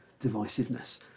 divisiveness